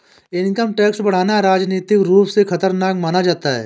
income tax बढ़ाना राजनीतिक रूप से खतरनाक माना जाता है